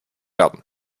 werden